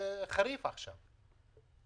חריף בהכנסות.